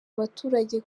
abaturage